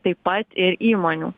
taip pat ir įmonių